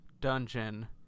dungeon